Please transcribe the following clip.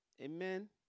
Amen